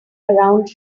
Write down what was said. around